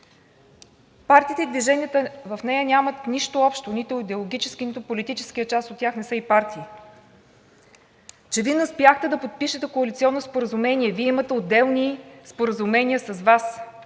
Партиите и движенията в нея нямат нищо общо – нито идеологически, нито политически, част от тях не са и партии. Вие не успяхте да подпишете коалиционно споразумение, Вие имате отделни споразумения с Вас.